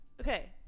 okay